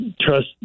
trust